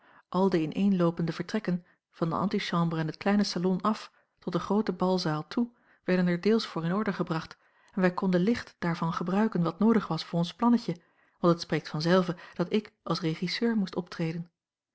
al de ineenloopende vertrekken van de antichambre en het kleine salon af tot de groote balzaal toe werden er deels voor in orde gebracht en wij konden licht daarvan gebruiken wat noodig was voor ons plannetje want het spreekt vanzelve dat ik als régisseur moest optreden